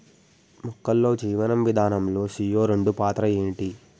మొక్కల్లో జీవనం విధానం లో సీ.ఓ రెండు పాత్ర ఏంటి?